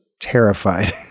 Terrified